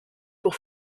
pour